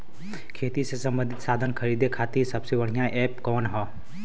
खेती से सबंधित साधन खरीदे खाती सबसे बढ़ियां एप कवन ह?